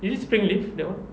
is it spring leaf that one